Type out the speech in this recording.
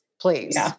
please